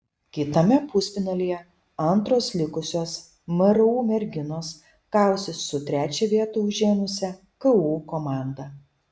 kitame pusfinalyje antros likusios mru merginos kausis su trečią vietą užėmusią ku komanda